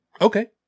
Okay